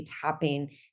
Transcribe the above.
tapping